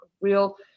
real